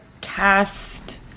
cast